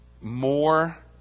more